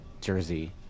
Jersey